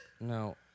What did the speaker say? No